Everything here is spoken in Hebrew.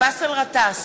באסל גטאס,